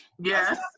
Yes